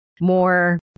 more